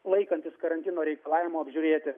laikantis karantino reikalavimų apžiūrėti